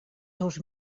seus